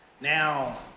Now